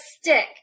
stick